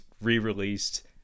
re-released